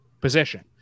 position